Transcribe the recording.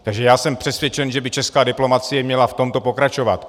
Takže já jsem přesvědčen, že by česká diplomacie měla v tomto pokračovat.